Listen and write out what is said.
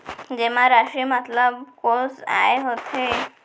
जेमा राशि मतलब कोस आय होथे?